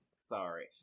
sorry